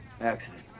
Accident